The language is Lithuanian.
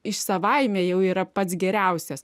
iš savaime jau yra pats geriausias